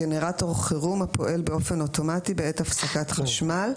גנרטור חירום הפועל באופן אוטומטי בעת הפסקת חשמל.